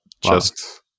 just-